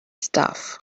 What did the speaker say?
stuff